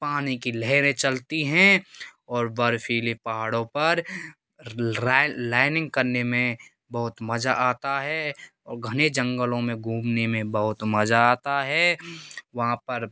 पानी की लहरें चलती है और बर्फीले पहाड़ों पर लाइनिंग करने में बहुत मज़ा आता है और गहने जंगलों में घूमने में बहुत मज़ा आता है वहाँ पर